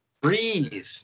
breathe